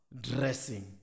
dressing